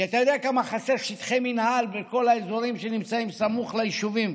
כי אתה יודע כמה חסר שטחי מינהל בכל האזורים שנמצאים סמוך ליישובים.